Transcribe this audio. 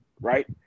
right